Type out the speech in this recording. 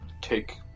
take